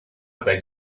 beg